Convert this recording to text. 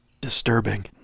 disturbing